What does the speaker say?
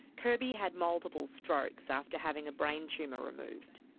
kirby had multiple strokes after having a brain tumour removed.